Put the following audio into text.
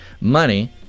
money